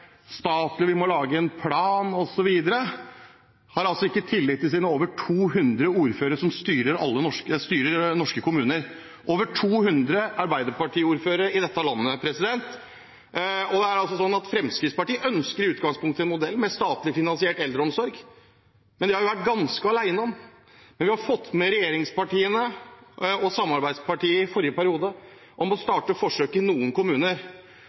vi må lage en plan osv., men altså ikke har tillit til sine over 200 ordførere som styrer norske kommuner. Det er over 200 Arbeiderparti-ordførere i dette landet. Fremskrittspartiet ønsker i utgangspunktet en modell med statlig finansiert eldreomsorg, men det har vi vært ganske alene om. Men vi har fått med regjeringspartiene, og samarbeidspartier i forrige periode, på å starte forsøk i noen kommuner.